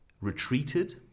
retreated